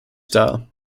style